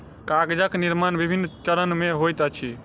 कागजक निर्माण विभिन्न चरण मे होइत अछि